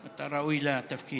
אתה ראוי לתפקיד.